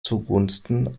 zugunsten